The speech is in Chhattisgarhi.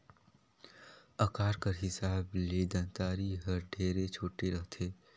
अकार कर हिसाब ले दँतारी हर ढेरे छोटे रहथे